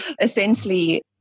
essentially